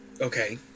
Okay